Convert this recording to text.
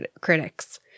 critics